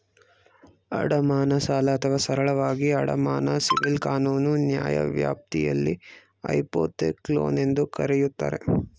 ಅಡಮಾನ ಸಾಲ ಅಥವಾ ಸರಳವಾಗಿ ಅಡಮಾನ ಸಿವಿಲ್ ಕಾನೂನು ನ್ಯಾಯವ್ಯಾಪ್ತಿಯಲ್ಲಿ ಹೈಪೋಥೆಕ್ ಲೋನ್ ಎಂದೂ ಕರೆಯುತ್ತಾರೆ